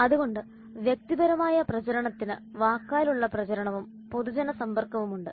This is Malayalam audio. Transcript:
അതുകൊണ്ട് വ്യക്തിപരമായ പ്രചാരണത്തിന് വാക്കാലുള്ള പ്രചരണവും പൊതുജന സമ്പർക്കവും ഉണ്ട്